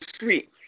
sweet